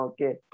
Okay